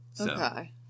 Okay